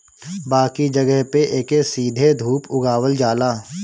बाकी जगह पे एके सीधे धूप में उगावल जाला